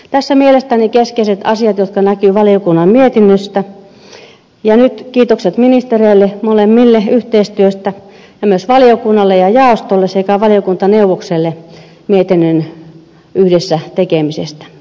tässä mielestäni keskeiset asiat jotka näkyvät valiokunnan mietinnöstä ja nyt kiitokset ministereille molemmille yhteistyöstä ja myös valiokunnalle ja jaostolle sekä valiokuntaneuvokselle mietinnön yhdessä tekemisestä